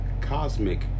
Cosmic